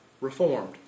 Reformed